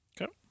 Okay